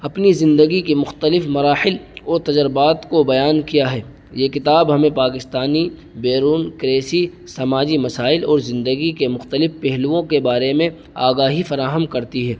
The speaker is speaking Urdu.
اپنی زندگی کے مختلف مراحل اور تجربات کو بیان کیا ہے یہ کتاب ہمیں پاکستانی بیرون سماجی مسائل اور زندگی کے مختلف پہلوؤں کے بارے میں آگاہی فراہم کرتی ہے